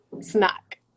snack